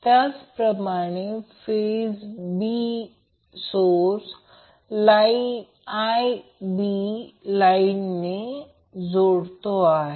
त्याचप्रमाणे phase B source Ib लाईनने जोडतो आहे